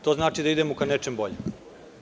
To znači da idemo ka nečem boljem.